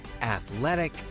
athletic